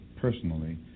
personally